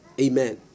Amen